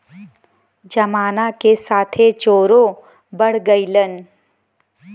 जमाना के साथे चोरो बढ़ गइलन